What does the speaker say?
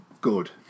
Good